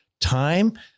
time